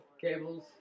cables